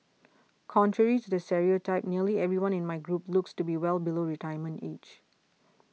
contrary to the stereotype nearly everyone in my group looks to be well below retirement age